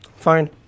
Fine